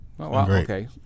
okay